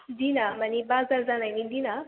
दिना माने बाजार जानायनि दिना